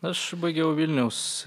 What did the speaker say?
aš baigiau vilniaus